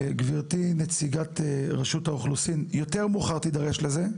גברתי נציגת רשות האוכלוסין יותר מאוחר תידרש לזה.